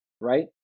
right